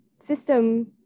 system